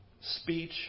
speech